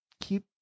keep